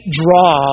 draw